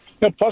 Plus